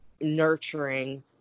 nurturing